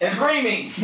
Screaming